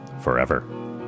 forever